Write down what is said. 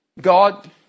God